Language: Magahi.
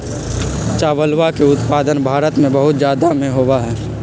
चावलवा के उत्पादन भारत में बहुत जादा में होबा हई